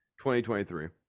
2023